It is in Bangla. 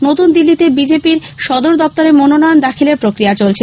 নতুন দিল্লীতে বিজেপি র সদর দপ্তরে মনোনয়ন দাখিলের প্রক্রিয়া চলছে